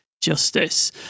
justice